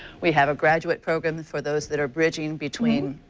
we have a graduate program for those that are bridging between